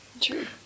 true